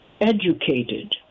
educated